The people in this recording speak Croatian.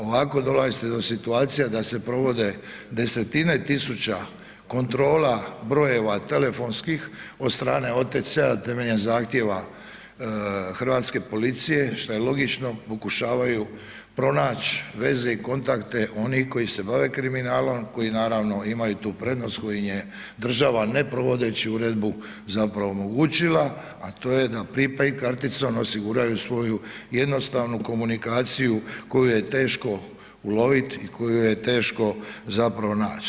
Ovako dolazite do situacija da se provode 10-tine tisuća kontrola brojeva telefonskih od strane OTC-a temeljem zahtjeva hrvatske policije, šta je logično, pokušavaju pronaći veze i kontakte onih koji se bave kriminalom, koji naravno imaju tu prednost koju im je država ne provodeći uredbu zapravo omogućila, a to je da prepaid karticom osiguraju svoju jednostavnu komunikaciju koju je teško ulovit i koju je teško zapravo naći.